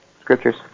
scriptures